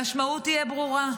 המשמעות תהיה ברורה: